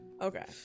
Okay